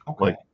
Okay